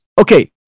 Okay